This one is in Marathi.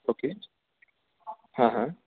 ओके हां हां